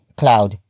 cloud